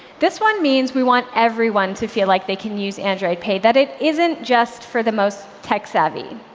this one means we want everyone to feel like they can use android pay, that it isn't just for the most tech savvy.